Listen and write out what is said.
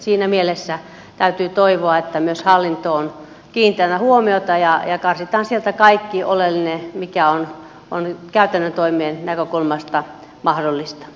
siinä mielessä täytyy toivoa että myös hallintoon kiinnitetään huomiota ja karsitaan sieltä kaikki oleellinen mikä on käytännön toimien näkökulmasta mahdollista